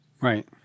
Right